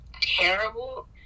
terrible